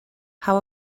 how